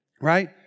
right